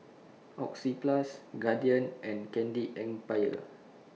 Oxyplus Guardian and Candy Empire